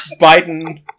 Biden